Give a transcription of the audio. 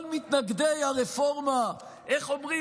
כל מתנגדי הרפורמה, איך אומרים?